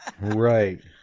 Right